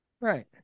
Right